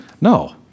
no